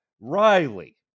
Riley